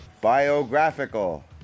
biographical